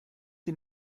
die